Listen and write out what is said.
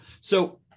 so-